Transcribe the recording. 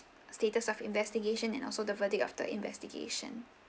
status of investigation and also the verdict of the investigation